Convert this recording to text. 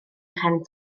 nhrefn